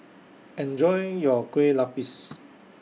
Enjoy your Kueh Lapis